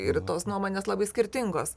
ir tos nuomonės labai skirtingos